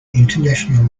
international